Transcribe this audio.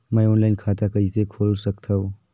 मैं ऑनलाइन खाता कइसे खोल सकथव?